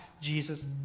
Jesus